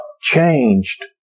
changed